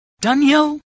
Daniel